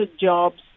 jobs